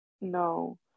No